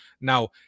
Now